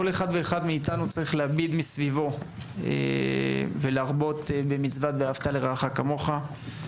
כל אחד מאיתנו צריך להביט מסביבו ולהרבות במצוות ואהבת לרעך כמוך.